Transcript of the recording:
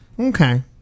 Okay